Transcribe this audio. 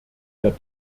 der